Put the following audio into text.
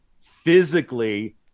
physically